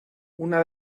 una